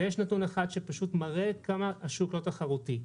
ויש נתון אחד שפשוט מראה כמה השוק לא תחרותי.